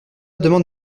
demande